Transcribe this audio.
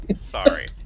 Sorry